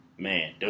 Man